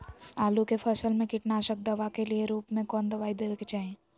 आलू के फसल में कीटनाशक दवा के रूप में कौन दवाई देवे के चाहि?